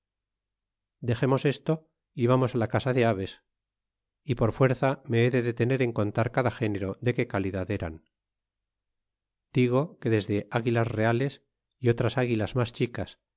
dexemos esto y vamos á la casa de aves y por fuerza me he de detener en contar cada género de qué calidad eran digo que desde águilas reales y otras águilas mas chicas